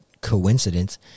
coincidence